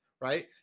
right